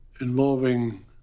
involving